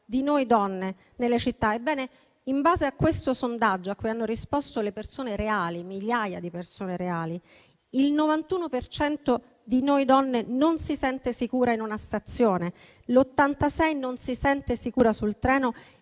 di noi donne nella città. Ebbene, in base a questo sondaggio, a cui hanno risposto migliaia di persone reali, il 91 per cento di noi donne non si sente sicura in una stazione, l'86 per cento non si sente sicura sul treno,